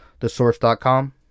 TheSource.com